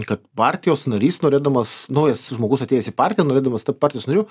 kad partijos narys norėdamas naujas žmogus atėjęs į partiją norėdamas tapt partijos nariu